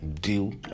deal